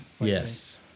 Yes